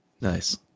nice